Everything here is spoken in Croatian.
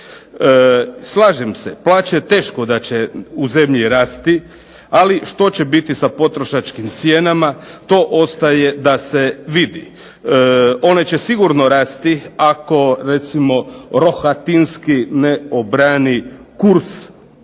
Slažem se, plaće teško da će u zemlji rasti, ali što će biti sa potrošačkim cijenama, to ostaje da se vidi. One će sigurno rasti ako recimo Rohatinski ne obrani kurs novca